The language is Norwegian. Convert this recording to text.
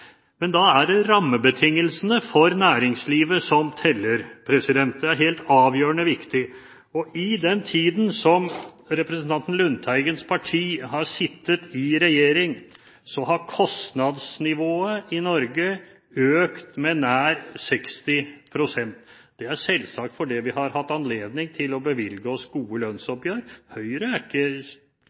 men det er det han kaller for lønnsomhet i alle ledd. Da er det rammebetingelsene for næringslivet som teller, det er helt avgjørende viktig. I den tiden representanten Lundteigens parti har sittet i regjering, har kostnadsnivået i Norge økt med nær 60 pst. Det er selvsagt fordi vi har hatt anledning til å bevilge oss gode lønnsoppgjør. Høyre setter seg ikke